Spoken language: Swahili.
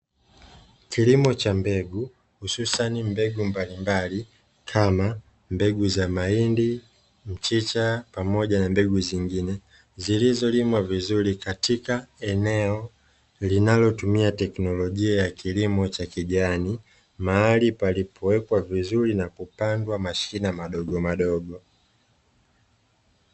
Kilimo cha mbegu, hususan mbegu mbalimbali kama mbegu za mahindi, mchicha pamoja na mbegu zingine zilizolimwa vizuri katika eneo linalotumia teknolojia ya kilimo cha kijani mahali palipowekwa vizuri na kupandwa mashina madogo madogo.